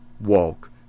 walk